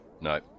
No